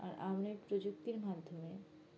আর আমরা এই প্রযুক্তির মাধ্যমে